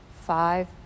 five